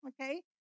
okay